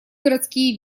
городские